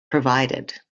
provided